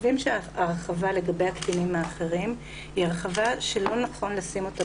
הרחבה לגבי הקטינים האחרים היא הרחבה שלא נכון לשים אותה